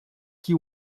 que